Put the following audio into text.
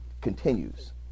continues